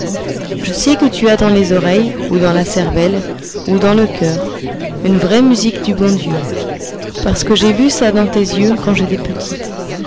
je sais que tu as dans les oreilles ou dans la cervelle ou dans le coeur une vraie musique du bon dieu parce que j'ai vu ça dans tes yeux quand j'étais petite